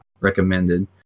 recommended